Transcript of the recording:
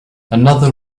another